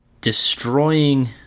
destroying